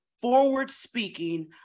Forward-Speaking